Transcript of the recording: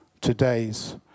today's